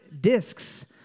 discs